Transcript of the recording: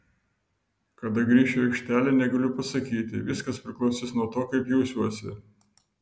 kada grįšiu į aikštelę negaliu pasakyti viskas priklausys nuo to kaip jausiuosi